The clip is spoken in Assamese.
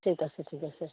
ঠিক আছে ঠিক আছে